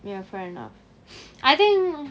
ya fair enough I think